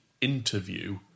interview